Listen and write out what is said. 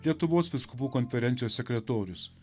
lietuvos vyskupų konferencijos sekretorius